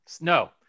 No